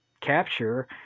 capture